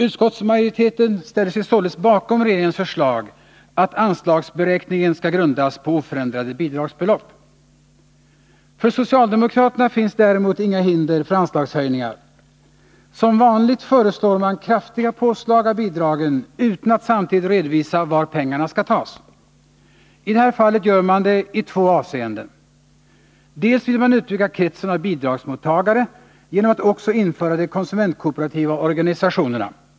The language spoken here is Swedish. Utskottsmajoriteten ställer sig således bakom regeringens förslag att anslagsberäkningen skall grundas på oförändrade bidragsbelopp. För socialdemokraterna finns däremot inga hinder när det gäller anslagshöjningar. Som vanligt föreslår man kraftiga påslag på bidragen, utan att samtidigt redovisa var pengarna skall tas. I det här fallet gör man det i två avseenden. För det första vill man utöka kretsen av bidragsmottagare genom att också införa de konsumentkooperativa organisationerna.